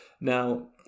Now